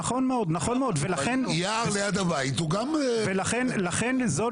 נכון מאוד ולכן --- יער ליד הבית הוא גם --- ולכן זאת